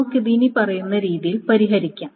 നമുക്ക് ഇത് ഇനിപ്പറയുന്ന രീതിയിൽ പരിഹരിക്കാം